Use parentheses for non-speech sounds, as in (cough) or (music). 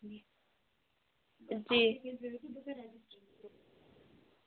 جی (unintelligible)